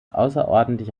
außerordentlich